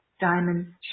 diamond